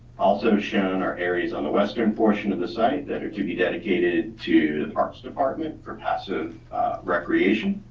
also shown are areas on the western portion of the site that are to be dedicated to the parks department for passive recreation.